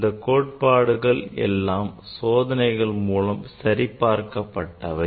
இந்தக் கோட்பாடுகள் எல்லாம் சோதனைகள் மூலம் சரி பார்க்கப்பட்டவை